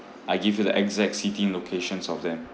I give you the exact seating locations of them